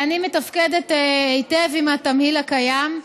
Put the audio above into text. אני מתפקדת היטב עם התמהיל הקיים.